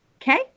Okay